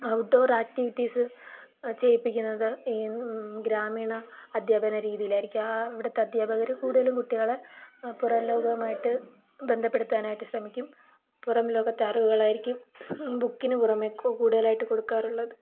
out door activities ചെയ്യിപ്പിക്കുന്നത് ഗ്രാമീണ അധ്യാപന രീതിയിലായിരിക്കും ആ അവിടത്തെ അധ്യാപകര് കൂടുതലും കുട്ടികളെ പുറം ലോകവുമായിട്ട് ബന്ധപ്പെടുത്താനായിട്ട് ശ്രമിക്കും പുറം ലോകത്തെ അറിവുകളായിരിക്കും ബുക്കിനു പുറമേ കൂടുതലായിട്ട് കൊടുക്കാറുള്ളത്